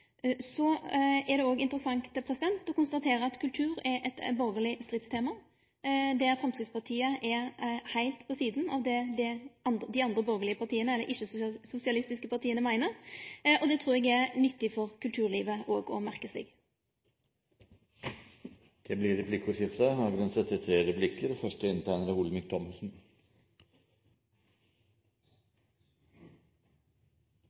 Så er det interessant å konstatere at kultur er eit borgarleg stridstema, der Framstegspartiet er heilt på sida av det dei andre borgarlege partia – eller dei ikkje-sosialistiske partia – meiner. Det trur eg det er nyttig for kulturlivet òg å merke seg. Det blir replikkordskifte. Jeg merket meg kulturstatsrådens innledende betraktninger om betydningen av kunstens frihet. Det